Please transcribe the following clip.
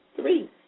Three